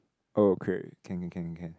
oh create can can can can can